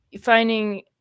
finding